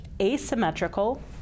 asymmetrical